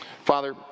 Father